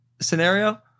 scenario